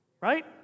right